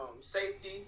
safety